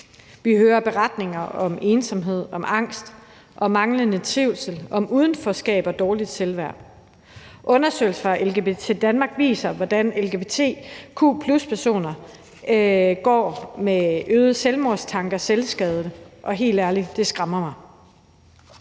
Vi hører beretninger om ensomhed, om angst og manglende trivsel, om udenforskab og dårligt selvværd. Undersøgelser fra LGBT+ Danmark viser, hvordan lgbtq+-personer går med øgede selvmordstanker og tanker om selvskade, og helt ærligt, det skræmmer mig.